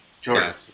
Georgia